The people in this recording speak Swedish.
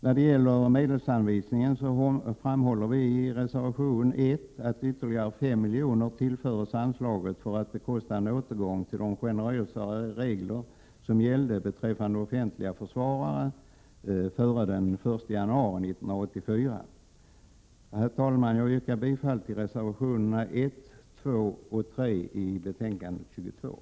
När det gäller medelsanvisningen så föreslår vi i reservation 1 att ytterligare 5 milj.kr. tillförs anslaget för att bekosta en återgång till de generösare regler som gällde beträffande offentliga försvarare före den 1 januari 1984. Herr talman! Jag yrkar bifall till reservationerna 1, 2 och 3 i betänkande 28